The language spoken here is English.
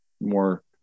more